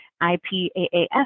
I-P-A-A-S